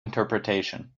interpretation